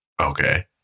Okay